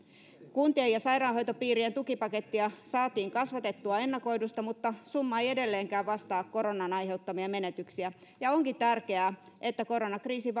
kuntien ja sairaanhoitopiirien tukipakettia saatiin kasvatettua ennakoidusta mutta summa ei edelleenkään vastaa koronan aiheuttamia menetyksiä ja onkin tärkeää että koronakriisin